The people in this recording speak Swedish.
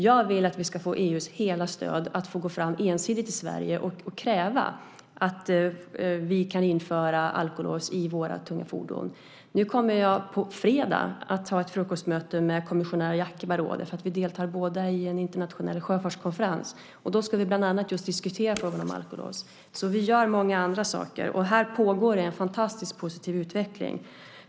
Jag vill att vi ska få EU:s hela stöd för att gå fram ensidigt i Sverige och kräva att vi kan införa alkolås i våra tunga fordon. Jag kommer att ha ett frukostmöte på fredag med kommissionär Jacques Barrot. Vi deltar båda i en internationell sjöfartskonferens. Då ska vi bland annat diskutera just frågan om alkolås. Vi gör alltså många andra saker, och här pågår en fantastiskt positiv utveckling.